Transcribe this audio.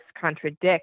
contradict